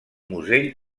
musell